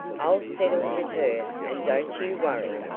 i'll settle with her, and don't you worry!